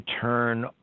turn